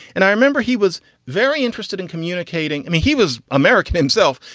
and i remember he was very interested in communicating. i mean, he was american himself,